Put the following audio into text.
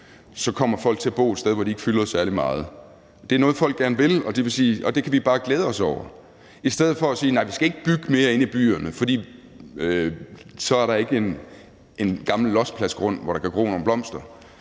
kommer folk til at bo et sted, hvor de ikke fylder særlig meget. Det er noget, folk gerne vil, og det kan vi bare glæde os over i stedet for at sige: Nej, vi skal ikke bygge mere inde i byerne, for så er der ikke en gammel lossepladsgrund, hvor der kan gro nogle blomster.